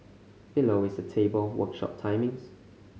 below is a table of workshop timings